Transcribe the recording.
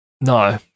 No